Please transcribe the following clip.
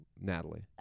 Natalie